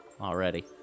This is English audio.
already